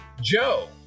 Joe